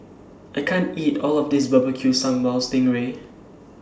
I can't eat All of This Barbecue Sambal Sting Ray